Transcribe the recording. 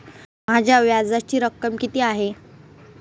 माझ्या व्याजाची रक्कम किती आहे?